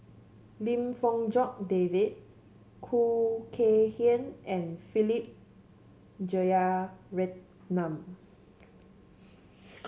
Lim Fong Jock David Khoo Kay Hian and Philip Jeyaretnam